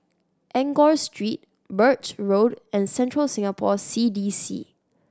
Enggor Street Birch Road and Central Singapore C D C